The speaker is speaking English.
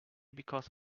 because